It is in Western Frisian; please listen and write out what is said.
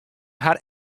har